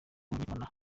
nk’ubu